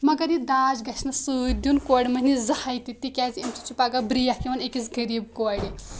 مگر یہِ داج گژھِ نہ سۭتۍ دیُن کورِ مٔہِنوِس زانٛہہ ہَے تہِ تِکیٛازِ أمۍ سۭتۍ چھِ پگاہ برٛیک یِوان أکِس غریٖب کورِ